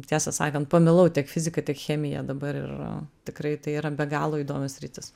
tiesą sakant pamilau tiek fiziką tiek chemiją dabar ir tikrai tai yra be galo įdomi sritis